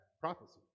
prophecy